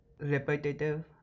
repetitive